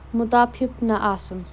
مُتفِف نہٕ آسُن